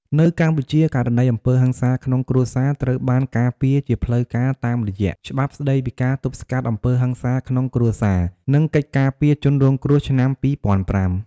នៅកម្ពុជា ករណីអំពើហិង្សាក្នុងគ្រួសារត្រូវបានការពារជាផ្លូវការតាមរយៈ “ច្បាប់ស្ដីពីការទប់ស្កាត់អំពើហិង្សាក្នុងគ្រួសារ និងកិច្ចការពារជនរងគ្រោះ” ឆ្នាំ ២០០៥។